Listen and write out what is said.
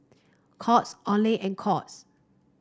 Courts Olay and Courts